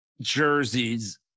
jerseys